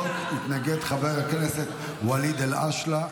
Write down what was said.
להצעת החוק הזו התנגד חבר הכנסת ואליד אלהואשלה.